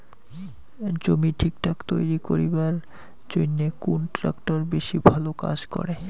জমি ঠিকঠাক তৈরি করিবার জইন্যে কুন ট্রাক্টর বেশি ভালো কাজ করে?